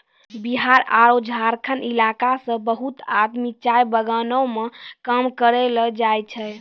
बिहार आरो झारखंड इलाका सॅ बहुत आदमी चाय बगानों मॅ काम करै ल जाय छै